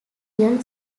real